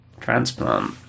transplant